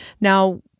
Now